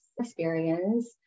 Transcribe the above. experience